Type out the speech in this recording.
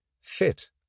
fit